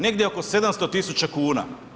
Negdje oko 700 tisuća kuna.